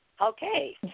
okay